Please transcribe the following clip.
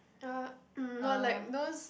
uh mm no like those